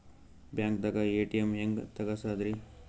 ಬ್ಯಾಂಕ್ದಾಗ ಎ.ಟಿ.ಎಂ ಹೆಂಗ್ ತಗಸದ್ರಿ?